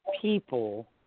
people